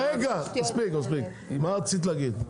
רגע מספיק מספיק, מה רצית להגיד?